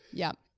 yep.